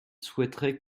souhaiterait